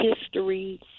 History